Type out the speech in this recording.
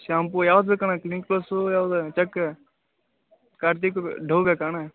shampoo ಯಾವುದು ಬೇಕಣ್ಣ clinic plus ಯಾವ್ದು ಚೆಕ್ ಕಾರ್ತಿಕ್ ಡವ್ ಬೇಕಾ ಅಣ್ಣ